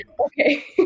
Okay